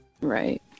Right